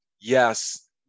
Yes